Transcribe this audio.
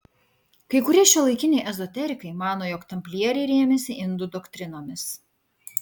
kai kurie šiuolaikiniai ezoterikai mano jog tamplieriai rėmėsi indų doktrinomis